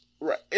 right